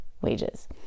wages